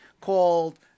called